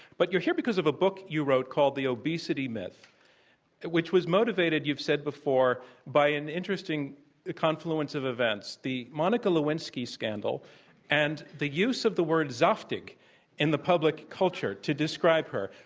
but you're here because of a book you wrote called, the obesity myth which was motivated, you've said before, by an interesting confluence of events, the monica lewinsky scandal and the use of the word zaftig in the public culture to describe her,